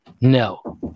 no